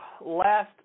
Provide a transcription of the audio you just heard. Last